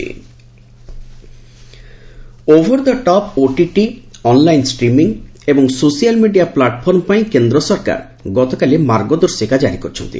centre OTT over the top OTT online streaming ଏବଂ social media platform ପାଇଁ କେନ୍ଦ୍ର ସରକାର ଗତକାଲି ମାର୍ଗଦର୍ଶିକା କ୍ୱାରି କରିଛନ୍ତି